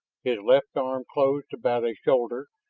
his left arm closed about a shoulder,